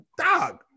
Dog